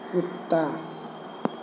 कुत्ता